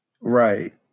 Right